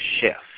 shift